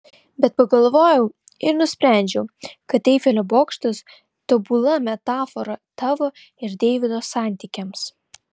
bet pagalvojau ir nusprendžiau kad eifelio bokštas tobula metafora tavo ir deivido santykiams